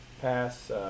pass